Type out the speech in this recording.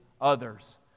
others